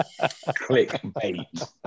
Clickbait